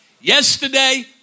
Yesterday